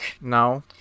No